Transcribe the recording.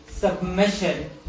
Submission